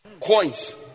Coins